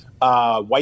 white